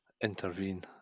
intervene